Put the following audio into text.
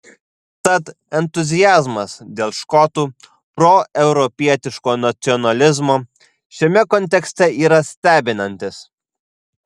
tad entuziazmas dėl škotų proeuropietiško nacionalizmo šiame kontekste yra stebinantis